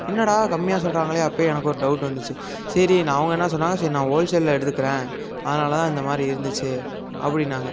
என்னடா கம்மியாக சொல்கிறாங்களே அப்பயே எனக்கு ஒரு டவுட் வந்துடுச்சி சரி நான் அவங்க என்ன சொன்னாங்க சரி நான் ஹோல்சேலில் எடுத்துருக்கறேன் அதனாலதான் இந்தமாதிரி இருந்துச்சி அப்படின்னாங்க